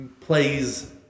plays